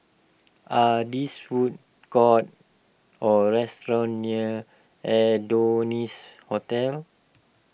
are this food courts or restaurants near Adonis Hotel